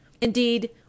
Indeed